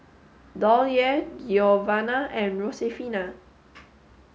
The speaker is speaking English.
Dollye Giovanna and Josefina